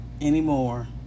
anymore